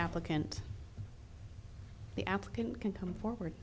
applicant the applicant can come forward